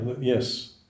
Yes